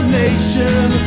nation